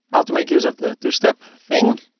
how to make use of the two-step thing.